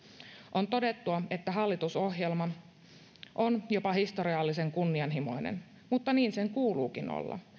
on todettua että hallitusohjelma on jopa historiallisen kunnianhimoinen mutta niin sen kuuluukin olla